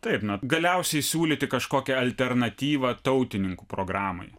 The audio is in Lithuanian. taip na galiausiai siūlyti kažkokią alternatyvą tautininkų programai